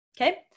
Okay